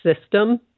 system